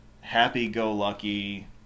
happy-go-lucky